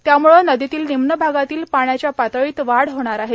त्यामुळे नदीतील निम्न भागातील पाण्याच्या पातळीत वाढ होणार आहे